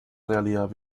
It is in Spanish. realidad